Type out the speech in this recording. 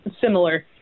similar